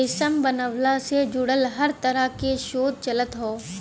रेशम बनवला से जुड़ल हर तरह के शोध चलत हौ